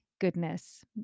goodness